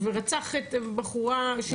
ורצח בחורה.